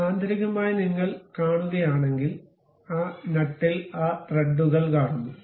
അതിനാൽ ആന്തരികമായി നിങ്ങൾ കാണുകയാണെങ്കിൽ ആ നട്ടിൽ ആ ത്രെഡുകൾ കാണുന്നു